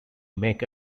make